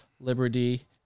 liberty